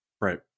right